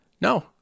No